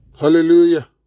Hallelujah